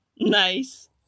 nice